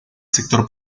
sector